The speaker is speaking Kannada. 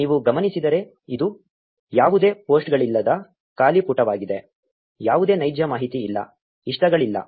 ಈಗ ನೀವು ಗಮನಿಸಿದರೆ ಇದು ಯಾವುದೇ ಪೋಸ್ಟ್ಗಳಿಲ್ಲದ ಖಾಲಿ ಪುಟವಾಗಿದೆ ಯಾವುದೇ ನೈಜ ಮಾಹಿತಿ ಇಲ್ಲ ಇಷ್ಟಗಳಿಲ್ಲ